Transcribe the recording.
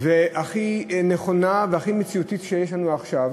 הכי נכונה והכי מציאותית שיש לנו עכשיו,